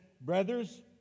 Brothers